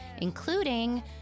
including